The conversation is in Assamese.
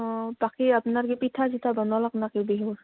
অঁ বাকী আপনাৰ কি পিঠা চিঠা বনালক নাকি বিহুৰ